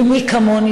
ומי כמוני,